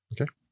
Okay